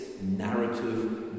narrative